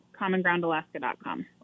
commongroundalaska.com